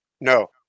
No